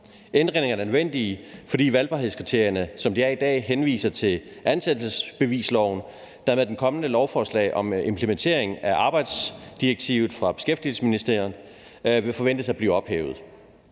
Ændringerne er nødvendige, fordi valgbarhedskriterierne, som de er i dag, henviser til ansættelsesbevisloven, der med det kommende lovforslag fra Beskæftigelsesministeriet om implementering af arbejdsdirektivet forventes at blive ophævet.